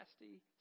nasty